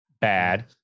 Bad